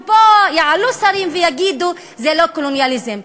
ופה יעלו שרים ויגידו: זה לא קולוניאליזם.